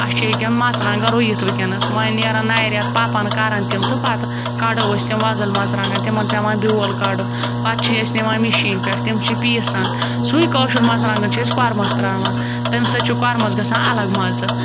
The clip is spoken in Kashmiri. اَسہِ چھِ ییٚکیٛاہ مَرژٕوانٛگَن رُوِتھ وٕنکیٚنَس وۄنۍ نیرَن نَیہِ رٮ۪تہٕ پَپَن کَرَن تِم تہٕ پَتہٕ کَڑو أسۍ تِم وۄزٕلۍ مَرژٕوانٛگَن تِمَن پیٚوان بیول کَڑُن پَتہٕ چھِ أسۍ نِوان مِشیٖن پٮ۪ٹھ تِم چھِ پیٖسان سُے کٲشُر مَرژٕوانٛگَن چھِ أسۍ کوٚرمَس ترٛاوان تَمہِ سۭتۍ چھُ کوٚرمَس گژھان الگ مَرٕ